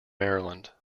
maryland